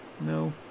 No